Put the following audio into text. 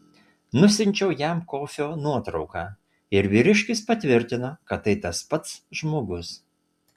nusiunčiau jam kofio nuotrauką ir vyriškis patvirtino kad tai tas pats žmogus